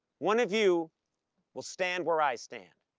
one of you will stand where i stand,